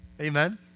Amen